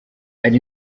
ari